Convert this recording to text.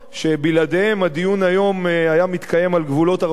שבלעדיהם הדיון היום היה מתקיים על גבולות 48'